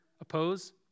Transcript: Oppose